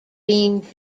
being